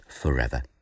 forever